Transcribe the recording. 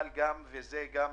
יש עוד